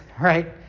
right